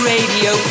Radio